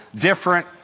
different